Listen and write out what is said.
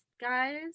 guys